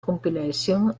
compilation